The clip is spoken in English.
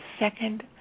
second